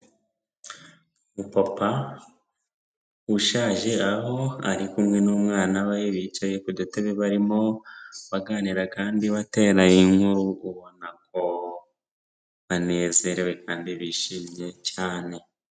Umupapa ushaje aho ari kumwe n'umwana we bicaye ku dutebe barimo baganira kandi batera inkuru, ubona ko banezerewe kandi bishimye cyane